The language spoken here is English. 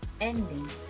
ending